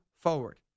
forward